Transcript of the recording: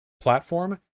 platform